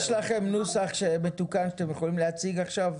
יש לכם נוסח מתוקן שאתם יכולים להציג עכשיו?